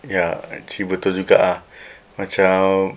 ya actually betul juga ah macam